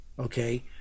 okay